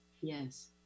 Yes